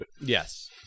Yes